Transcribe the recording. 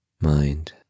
mind